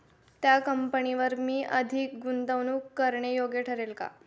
त्या कंपनीवर मी अधिक गुंतवणूक करणे योग्य ठरेल का?